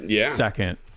second